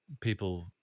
people